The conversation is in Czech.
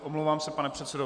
Omlouvám se, pane předsedo.